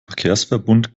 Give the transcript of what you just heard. verkehrsverbund